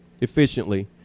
efficiently